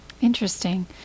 Interesting